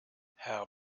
herr